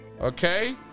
okay